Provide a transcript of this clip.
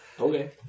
Okay